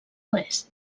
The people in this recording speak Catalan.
oest